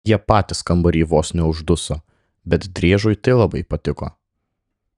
jie patys kambary vos neužduso bet driežui tai labai patiko